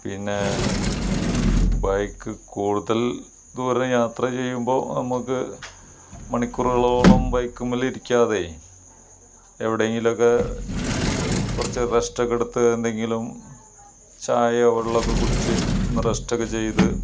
പിന്നെ ബൈക്ക് കൂടുതൽ ദൂരം യാത്ര ചെയ്യുമ്പോൾ നമുക്ക് മണിക്കൂറുകളോളം ബൈക്കിൻ മേൽ ഇരിക്കാതെ എവിടെയെങ്കിലും ഒക്കെ കുറച്ച് റെസ്റ്റ് ഒക്കെ എടുത്ത് എന്തെങ്കിലും ചായയോ വെള്ളം ഒക്കെ കുടിച്ച് ഒന്ന് റെസ്റ്റ് ഒക്കെ ചെയ്ത്